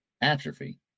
atrophy